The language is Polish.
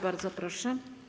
Bardzo proszę.